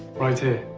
right here.